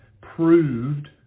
proved